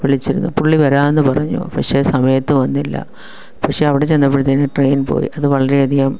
വിളിച്ചിരുന്നു പുള്ളി വരാമെന്നു പറഞ്ഞു പക്ഷേ സമയത്ത് വന്നില്ല പക്ഷേ അവിടെ ചെന്നപ്പോഴത്തേനും ട്രെയിൻ പോയി അത് വളരെയധികം